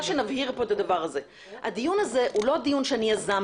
שנבהיר: הדיון הזה הוא לא דיון זימתי,